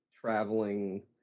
traveling